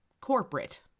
corporate